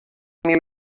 mil